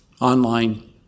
Online